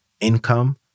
income